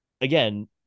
again